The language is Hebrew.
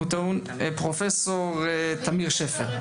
פרופסור תמיר שפר,